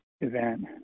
event